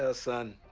ah son,